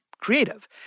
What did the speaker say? creative